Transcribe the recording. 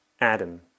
Adam